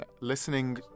listening